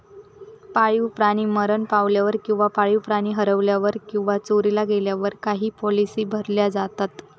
पाळीव प्राणी मरण पावल्यावर किंवा पाळीव प्राणी हरवल्यावर किंवा चोरीला गेल्यावर काही पॉलिसी भरल्या जातत